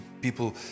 people